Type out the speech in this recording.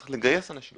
אני צריך לגייס אנשים.